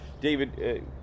David